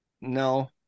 No